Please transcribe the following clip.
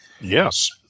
Yes